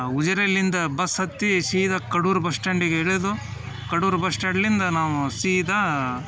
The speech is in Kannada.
ಉಜಿರೆಯಿಂದ ಬಸ್ ಹತ್ತಿ ಸೀದಾ ಕಡೂರು ಬಸ್ ಸ್ಟಾಂಡಿಗೆ ಇಳಿದು ಕಡೂರು ಬಸ್ ಸ್ಟ್ಯಾಂಡಿಂದ ನಾವು ಸೀದಾ